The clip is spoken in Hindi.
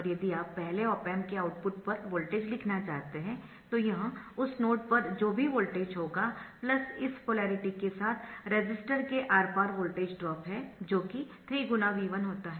और यदि आप पहले ऑप एम्प के आउटपुट पर वोल्टेज लिखना चाहते है तो यह उस नोड पर जो भी वोल्टेज होगा इस पोलेरिटी के साथ रेसिस्टर के आर पार वोल्टेज ड्रॉप है जो कि 3×V1 होता है